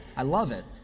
i love it,